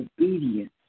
obedience